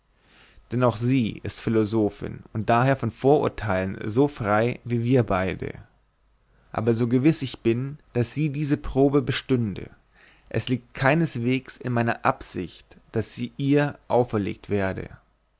denn auch sie ist philosophin und daher von vorurteilen so frei wie wir beide aber so gewiß ich bin daß sie diese probe bestünde es liegt keineswegs in meiner absicht daß sie ihr auferlegt werde